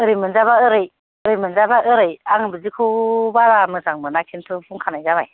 ओरै मोनजाबा ओरै ओरै मोनजाबा ओरै आं बिदिखौ बारा मोजां मोना किन्तु बुंखानाय जाबाय